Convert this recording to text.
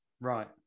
Right